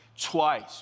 Twice